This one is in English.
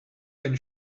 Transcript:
can